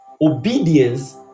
obedience